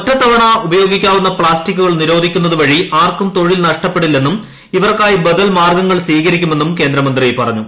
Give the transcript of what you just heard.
ഒറ്റത്തവണ ഉപയോഗിക്കാവുന്ന പ്ലാസ്റ്റിക്കുകൾ നിരോധിക്കുന്നത് വഴി ആർക്കും തൊഴിൽ നഷ്ടപ്പെടില്ലെന്നും ഇവർക്കായി ബദൽമാർഗ്ഗങ്ങൾ സ്വീകരിക്കുമെന്നും കേന്ദ്രമന്ത്രി പറഞ്ഞു